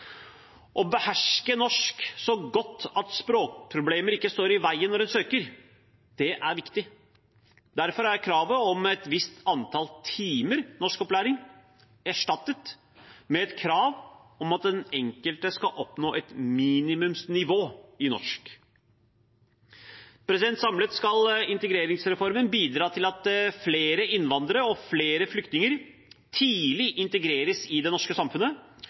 Å beherske norsk så godt at språkproblemer ikke står i veien når en søker jobb, er viktig. Derfor er kravet om et visst antall timer norskopplæring, erstattet med et krav om at den enkelte skal oppnå et minimumsnivå i norsk. Samlet skal integreringsreformen bidra til at flere innvandrere, og særlig flyktninger, tidlig integreres i det norske samfunnet,